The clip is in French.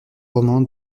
roman